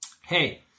Hey